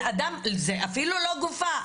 זה אפילו לא גופה,